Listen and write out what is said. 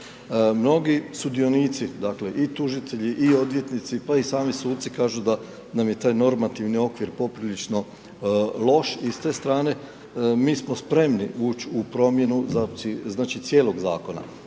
Mnogi sudionici i tužitelji i odvjetnici, pa i sami suci kažu da nam je taj normativni okvir poprilično loš i s te strane mi smo spremni ući u promjenu cijelog zakona.